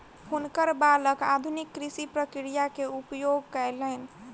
हुनकर बालक आधुनिक कृषि प्रक्रिया के उपयोग कयलैन